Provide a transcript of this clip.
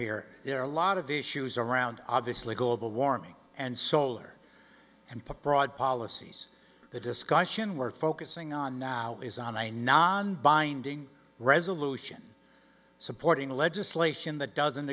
here there are a lot of issues around obviously global warming and solar and put broad policies the discussion we're focusing on now is on a nonbinding resolution supporting legislation that doesn't